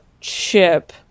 chip